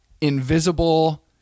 invisible